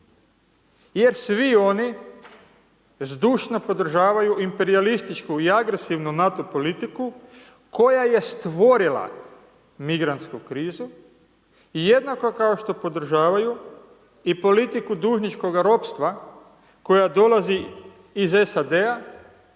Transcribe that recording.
jer svi oni zdušno podržavaju imperijalističku i agresivnu NATO politiku koja je stvorila migrantsku krizu, jednako kao što podržavaju i politiku dužničkoga robstva koja dolazi iz SAD-a